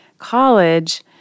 College